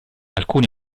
alcune